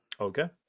Okay